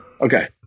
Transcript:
Okay